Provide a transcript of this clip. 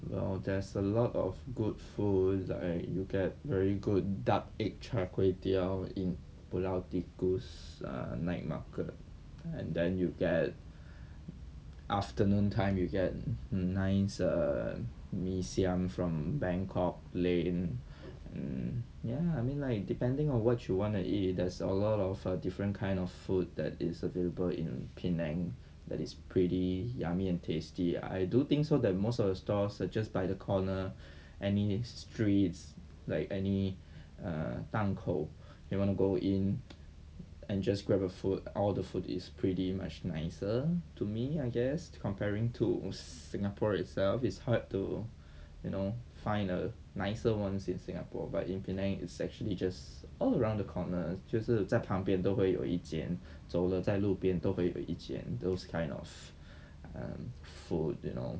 well there's a lot of good food I you get very good duck egg char kway teow in pulau tikus err night market and then you get afternoon time you get nice err mee siam from bangkok lane um ya I mean like depending on what you want to eat there's a lot of err different kind of food that is available in penang that is pretty yummy and tasty I do think so that most of the stores suggest by the corner any streets like any err 档口 you want to go in and just grab a food all the food is pretty much nicer to me I guess comparing to singapore itself is hard to know find a nicer ones in singapore but in penang it's actually just all around the corner 就是在旁边都会有一间走了在路边都会有一间 those kind of um food you know